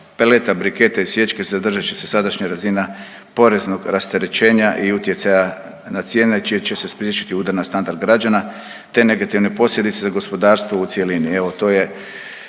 peleta, briketa i sječke zadržat će se sadašnja razina poreznog rasterećenja i utjecaja na cijene, čime će se spriječiti udar na standard građana, te negativne posljedice za gospodarstvo u cjelini.